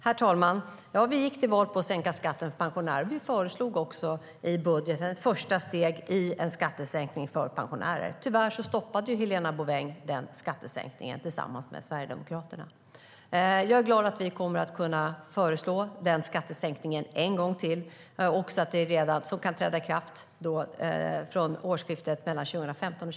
Herr talman! Ja, vi gick till val på att sänka skatten för pensionärer. Vi föreslog också i budgeten ett första steg i en skattesänkning för pensionärer. Tyvärr stoppade ju Helena Bouveng, tillsammans med Sverigedemokraterna, denna skattesänkning. Jag är glad att vi kommer att kunna föreslå den skattesänkningen en gång till så att den kan träda i kraft vid årsskiftet 2015/16.